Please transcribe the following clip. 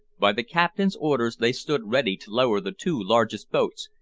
by the captain's orders they stood ready to lower the two largest boats,